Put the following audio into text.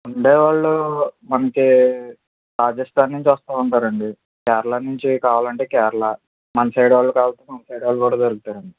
ఉండేవాళ్ళు మనకి ఆర్కెస్ట్రా నుంచి వస్తాను ఉంటారు అండి కేరళ నుంచి కావాలి అంటే కేరళ మన సైడ్ వాళ్ళు కావలసి ఉంటే మన సైడ్ వాళ్ళు కూడా దొరుకుతారు అండి